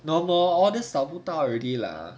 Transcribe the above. normal all these 找不到 already lah